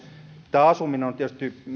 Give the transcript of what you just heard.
tämä asuminen on tietysti